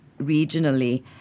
regionally